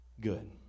good